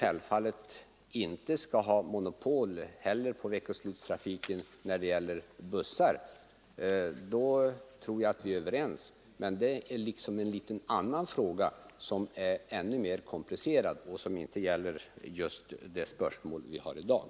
SJ skall självfallet inte heller ha monopol på veckoslutstrafiken med bussar. Men det är liksom en annan sak som är mer komplicerad och som inte gäller just det spörsmål vi diskuterar i dag.